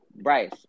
Bryce